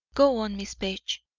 go on, miss page.